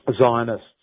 Zionists